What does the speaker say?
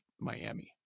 Miami